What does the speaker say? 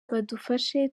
badufashe